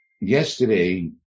yesterday